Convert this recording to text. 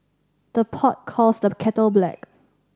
the pot calls the kettle black